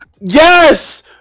Yes